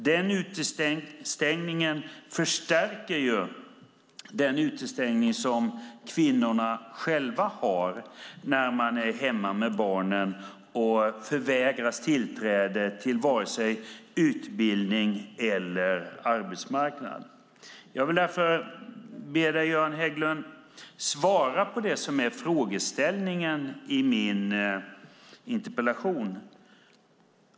Den utestängningen förstärker kvinnornas utestängning när de är hemma med barnen och förvägras tillträde till utbildning och arbetsmarknad. Jag vill därför be dig, Göran Hägglund, att svara på det som frågeställningen i min interpellation gäller.